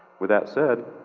with that said,